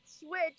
switch